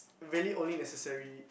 really only necessary